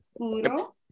Puro